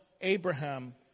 Abraham